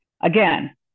Again